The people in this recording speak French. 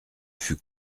fut